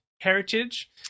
heritage